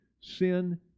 sin